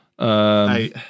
Eight